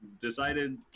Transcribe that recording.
decided